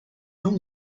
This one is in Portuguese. não